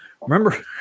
remember